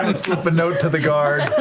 and slip a note to the guard.